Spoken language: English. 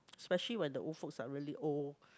especially when the old folks are really old